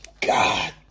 God